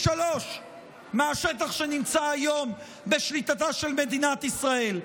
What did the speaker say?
שלושה מהשטח שנמצא היום בשליטתה של מדינת ישראל.